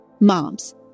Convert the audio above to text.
Moms